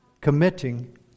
committing